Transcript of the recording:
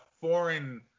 foreign